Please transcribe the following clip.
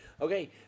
Okay